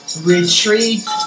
retreat